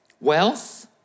wealth